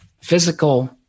physical